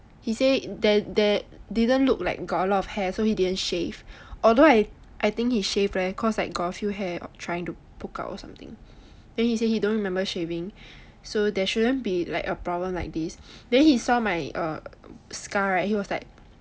he say ther~ there didn't look like got a lot of hair so he didn't shave although I think he shave leh cause got like a few hair trying to poke out or something then he say he don't remember shaving so there shouldn't be like a problem like this then he saw my err scar right he was like